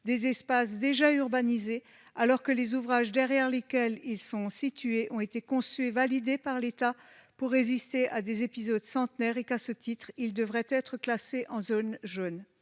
des espaces déjà urbanisés, alors que les ouvrages derrière lesquels ils sont situés ont été conçus et validés par l'État pour résister à des épisodes centennaux et que, à ce titre, ils devraient être classés en zone jaune.